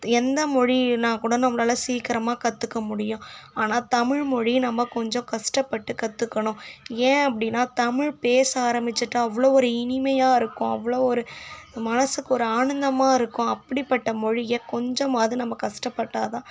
எந்த மொழின்னா கூட நம்மளால சீக்கிரமாக கற்றுக்க முடியும் ஆனால் தமிழ்மொழி நம்ம கொஞ்சம் கஷ்டப்பட்டு கற்றுக்கணும் ஏன் அப்படினா தமிழ் பேச ஆரம்மிச்சிட்டா அவ்வளோ ஒரு இனிமையாக இருக்கும் அவ்வளோ ஒரு மனதுக்கு ஒரு ஆனந்தமாக இருக்கும் அப்டிப்பட்ட மொழியை கொஞ்சமாவது நம்ம கஷ்டப்பட்டால் தான்